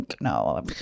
no